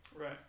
Right